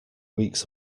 weeks